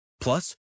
Plus